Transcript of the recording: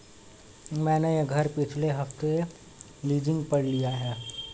मैंने यह घर पिछले हफ्ते लीजिंग पर लिया है